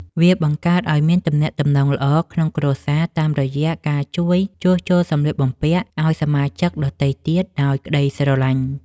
វាបង្កើតឱ្យមានទំនាក់ទំនងល្អក្នុងគ្រួសារ តាមរយៈការជួយជួសជុលសម្លៀកបំពាក់ឱ្យសមាជិកដទៃទៀតដោយក្ដីស្រឡាញ់។